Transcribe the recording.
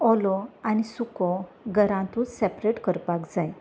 ओलो आनी सुको घरांतूच सेपरेट करपाक जाय